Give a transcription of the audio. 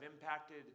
impacted